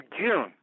June